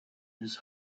his